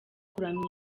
kuramya